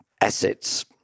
Assets